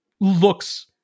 looks